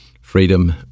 freedom